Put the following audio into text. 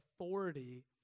authority